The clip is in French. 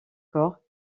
corps